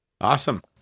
Awesome